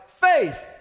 faith